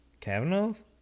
Cavanaugh's